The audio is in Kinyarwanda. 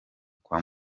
kwa